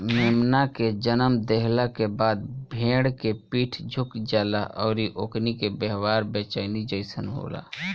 मेमना के जनम देहला के बाद भेड़ के पीठ झुक जाला अउरी ओकनी के व्यवहार बेचैनी जइसन होला